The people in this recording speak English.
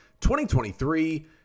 2023